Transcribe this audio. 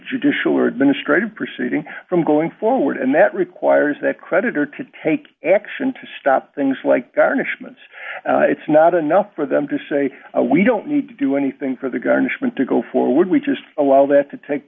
judicial or administrative proceeding from going forward and that requires that creditor to take action to stop things like garnishments it's not enough for them to say we don't need to do anything for the garnishment to go forward we just allow that to take